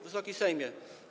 Wysoki Sejmie!